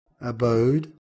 abode